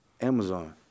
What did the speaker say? Amazon